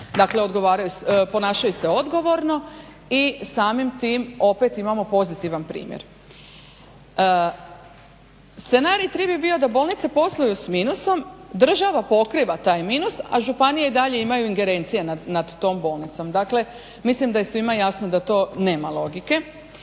ponašaju se odgovorno i samim tim opet imamo pozitivan primjer. Scenarij tri bi bio da bolnice posluju s minusom, država pokriva taj minus, a županije i dalje imaju ingerencije nad tom bolnicom. Dakle, mislim da je svima jasno da to nema logike.